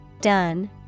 done